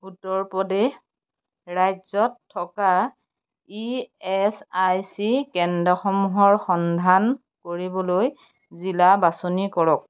উত্তৰ প্ৰদেশ ৰাজ্যত থকা ই এছ আই চি কেন্দ্ৰসমূহৰ সন্ধান কৰিবলৈ জিলা বাছনি কৰক